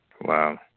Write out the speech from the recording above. Wow